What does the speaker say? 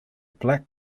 black